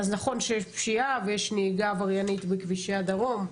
נכון שיש פשיעה ונהיגה עבריינית בכבישי הדרום,